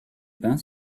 pain